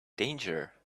danger